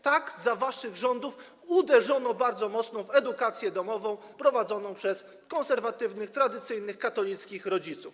Tak, za waszych rządów uderzono bardzo mocno w edukację domową prowadzoną przez konserwatywnych, tradycyjnych, katolickich rodziców.